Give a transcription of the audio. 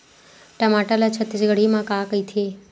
टमाटर ला छत्तीसगढ़ी मा का कइथे?